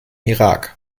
irak